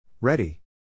Ready